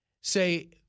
say